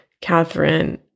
Catherine